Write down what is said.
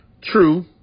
True